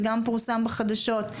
זה גם הופיע בחדשות.